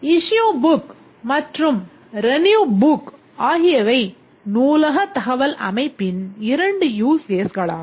Issue bookமற்றும் renew book ஆகியவை நூலகத் தகவல் அமைப்பின் இரண்டு use casesகளாகும்